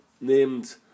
named